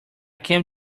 came